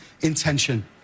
intention